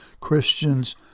Christians